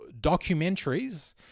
documentaries